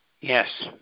Yes